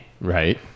Right